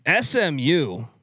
SMU